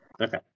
Okay